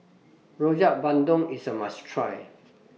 Rojak Bandung IS A must Try